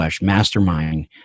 mastermind